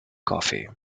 coffee